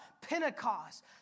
Pentecost